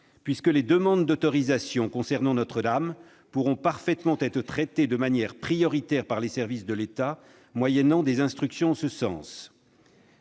effet, les demandes d'autorisation concernant Notre-Dame pourront parfaitement être traitées de manière prioritaire par les services de l'État moyennant des instructions en ce sens.